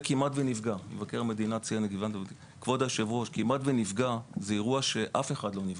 "כמעט ונפגע" זה אירוע שבו אף אחד לא נפגע.